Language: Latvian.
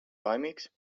laimīgs